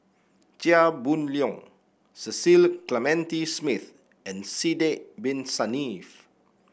Chia Boon Leong Cecil Clementi Smith and Sidek Bin Saniff